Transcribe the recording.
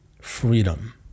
freedom